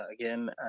again